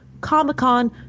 Comic-Con